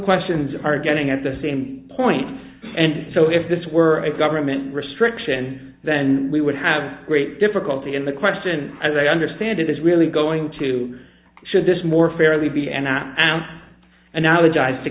questions are getting at the same point and so if this were a government restriction then we would have great difficulty in the question as i understand it is really going to should this more fairly be an app and and now the dies the